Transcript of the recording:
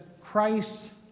Christ